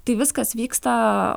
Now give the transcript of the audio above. tai viskas vyksta